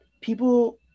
people